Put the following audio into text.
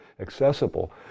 accessible